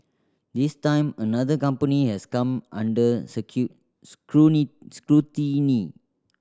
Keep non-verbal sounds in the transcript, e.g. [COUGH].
this time another company has come under [UNINTELLIGIBLE] scrutiny